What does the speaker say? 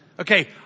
okay